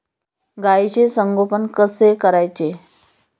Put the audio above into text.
गाईचे संगोपन कसे करायचे?